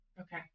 Okay